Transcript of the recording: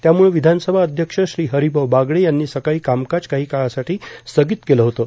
त्यामुळं विधानसभा अध्यक्ष श्री हरिभाऊ बागडे यांनी सकाळी कामकाज काही काळासाठी स्थगित केलं होतं